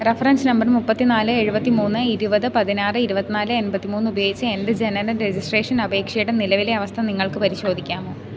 reference number മുപ്പത്തിനാല് എഴുപത്തിമൂന്ന് ഇരുപത് പതിനാറ് ഇരുപത്തിനാല് എൺപത്തിമൂന്ന് ഉപയോഗിച്ച് എൻറ്റെ ജനന രജിസ്ട്രേഷൻ അപേക്ഷയുടെ നിലവിലെ അവസ്ഥ നിങ്ങൾക്ക് പരിശോധിക്കാമോ